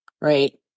right